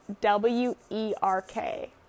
W-E-R-K